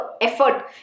effort